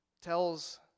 tells